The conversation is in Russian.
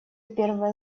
первое